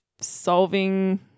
solving